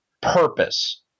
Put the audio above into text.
purpose